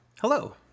Hello